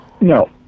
No